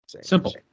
Simple